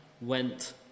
went